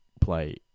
play